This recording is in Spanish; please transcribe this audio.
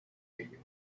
ello